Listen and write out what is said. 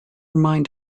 mind